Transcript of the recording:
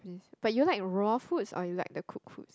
but you like raw foods or you like the cook foods